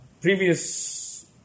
previous